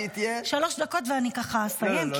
שלוש דקות, ואסיים.